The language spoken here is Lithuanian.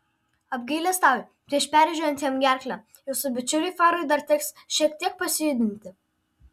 apgailestauju prieš perrėžiant jam gerklę jūsų bičiuliui farui dar teks šiek tiek pasijudinti